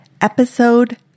Episode